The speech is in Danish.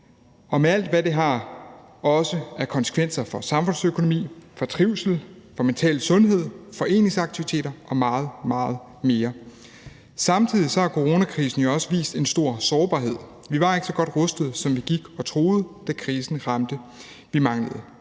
– med alt, hvad det har af konsekvenser for også samfundsøkonomi, for trivsel, for mental sundhed, for foreningsaktiviteter og meget, meget mere. Samtidig har coronakrisen jo også vist en stor sårbarhed. Vi var ikke så godt rustet, som vi gik og troede, da krisen ramte. Vi manglede